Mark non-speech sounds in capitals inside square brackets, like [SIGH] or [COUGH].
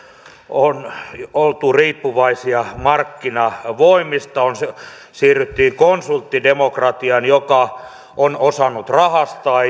on oltu riippuvaisia markkinavoimista siirryttiin konsulttidemokratiaan joka on osannut rahastaa [UNINTELLIGIBLE]